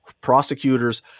prosecutors